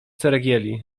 ceregieli